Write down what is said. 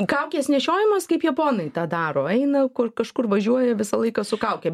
kaukės nešiojimas kaip japonai tą daro eina ku kažkur važiuoja visą laiką su kauke